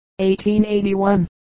1881